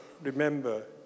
remember